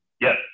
Yes